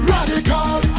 Radical